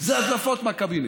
זה הדלפות מהקבינט.